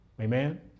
Amen